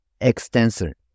extensor